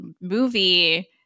movie